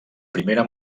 primera